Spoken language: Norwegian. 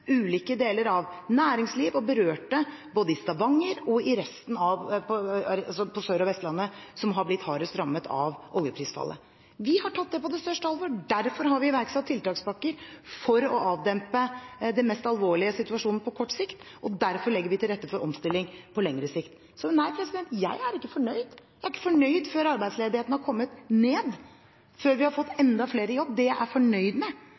ulike deler av næringsliv og berørte både i Stavanger og på resten av Sør- og Vestlandet, som har blitt hardest rammet av oljeprisfallet. Vi har tatt det på største alvor. Derfor har vi iverksatt tiltakspakker for å avdempe den mest alvorlige situasjonen på kort sikt, og derfor legger vi til rette for omstilling på lengre sikt. Så nei, jeg er ikke fornøyd. Jeg er ikke fornøyd før arbeidsledigheten er kommet ned, før vi har fått enda flere i jobb. Det jeg er fornøyd med,